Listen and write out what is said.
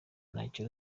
ntacyo